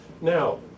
Now